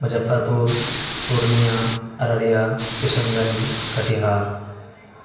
مظفر پور پورنیا ارریا کشن گنج کٹیہار